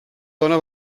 dona